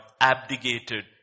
abdicated